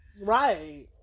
Right